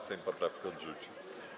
Sejm poprawkę odrzucił.